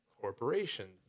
corporations